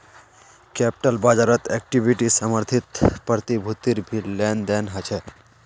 capital बाज़ारत equity समर्थित प्रतिभूतिर भी लेन देन ह छे